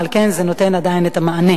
ועל כן זה נותן עדיין את המענה.